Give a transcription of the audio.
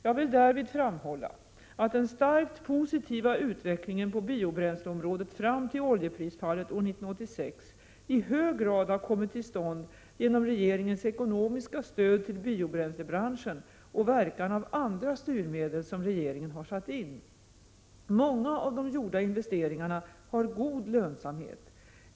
Jag vill därvid framhålla att den starkt positiva utvecklingen på biobränsleområdet fram till oljeprisfallet år 1986 i hög grad har kommit till stånd genom regeringens ekonomiska stöd till biobränslebranschen och verkan av andra styrmedel som regeringen har satt in. Många av de gjorda investeringarna har en god lönsamhet.